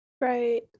right